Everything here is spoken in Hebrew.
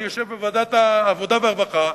אני יושב בוועדת העבודה והרווחה,